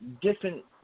different